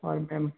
और मैम